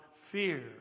fear